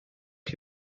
chi